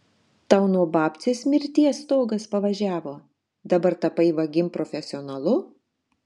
tau nuo babcės mirties stogas pavažiavo dabar tapai vagim profesionalu